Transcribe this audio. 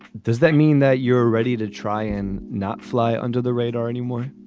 does that mean that you're ready to try and not fly under the radar anymore?